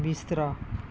ਬਿਸਤਰਾ